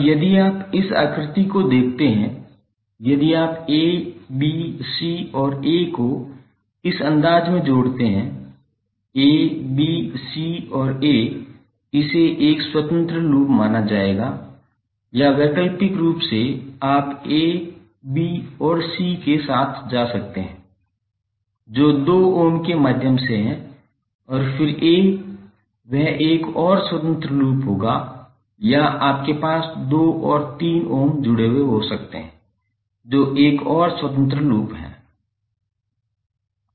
अब यदि आप इस आकृति को देखते हैं यदि आप a b c और a को इस अंदाज़ में जोड़ते हैं a b c और a इसे एक स्वतंत्र लूप माना जाएगा या वैकल्पिक रूप से आप a b और c के साथ जा सकते हैं जो दो ओम के माध्यम से है और फिर a वह एक और स्वतंत्र लूप होगा या आपके पास दो और तीन ओम जुड़े हो सकते हैं जो एक और स्वतंत्र लूप है